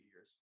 years